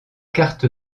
carte